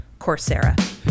Coursera